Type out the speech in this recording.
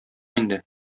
инде